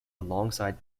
alongside